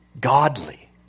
godly